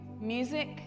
Music